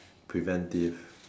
preventive